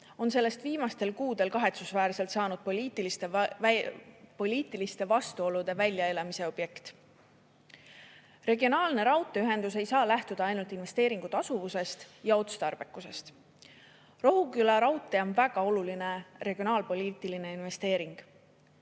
on sellest viimastel kuudel kahetsusväärselt saanud poliitiliste vastuolude väljaelamise objekt. Regionaalne raudteeühendus ei saa lähtuda ainult investeeringu tasuvusest ja otstarbekusest. Rohuküla raudtee on väga oluline regionaalpoliitiline investeering.